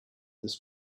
this